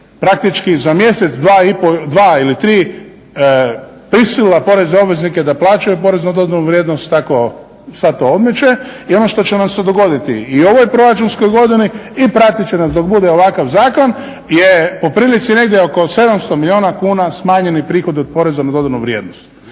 praktički za mjesec, dva i pol, dva ili tri prisili porezne obveznike da plaćaju porez na dodanu vrijednost, tako sada to odmiče. I ono što će nam se dogoditi i u ovoj proračunskoj godini i pratiti će nas dok bude ovakav zakon je po prilici negdje oko 700 milijuna kuna smanjeni prihod od poreza na dodanu vrijednost.